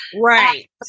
right